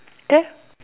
okay